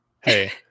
Hey